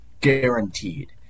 Guaranteed